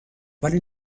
ولی